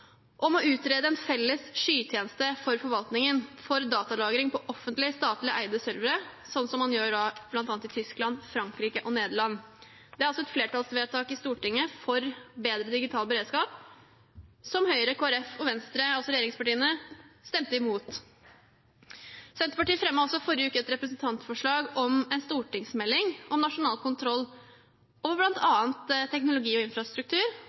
om å utrede en felles skytjeneste for forvaltningen for datalagring på offentlig statlig eide servere, sånn som man gjør bl.a. i Tyskland, Frankrike og Nederland. Det er også et flertallsvedtak i Stortinget for bedre digital beredskap, som Høyre, Kristelig Folkeparti og Venstre – altså regjeringspartiene – stemte imot. Senterpartiet fremmet også i forrige uke et representantforslag om en stortingsmelding om nasjonal kontroll over bl.a. teknologi og infrastruktur.